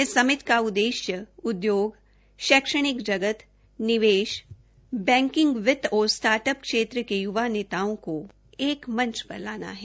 इस समिट का उद्देश्य उदयोग शैक्षणिक जगत निवेश बैकिंग वित्त और सटार्टअप क्षेत्र के युवा नेताओं को एक मच पर लाना है